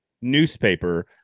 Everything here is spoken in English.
newspaper